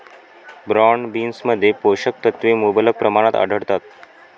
broad बीन्समध्ये पोषक तत्वे मुबलक प्रमाणात आढळतात